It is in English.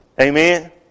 Amen